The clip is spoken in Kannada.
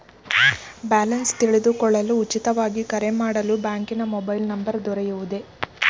ಬ್ಯಾಲೆನ್ಸ್ ತಿಳಿದುಕೊಳ್ಳಲು ಉಚಿತವಾಗಿ ಕರೆ ಮಾಡಲು ಬ್ಯಾಂಕಿನ ಮೊಬೈಲ್ ನಂಬರ್ ದೊರೆಯುವುದೇ?